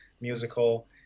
musical